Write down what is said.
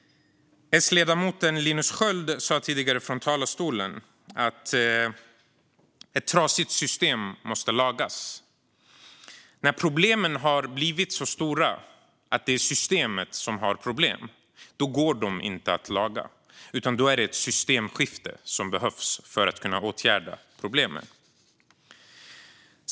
S-ledamoten Linus Sköld sa tidigare från talarstolen att ett trasigt system måste lagas. När problemen har blivit så stora att det är systemet som har problem går det inte att laga, utan då är det ett systemskifte som behövs för att man ska kunna åtgärda problemen.